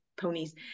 ponies